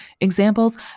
examples